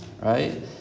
right